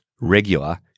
regular